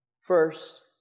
First